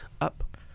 Up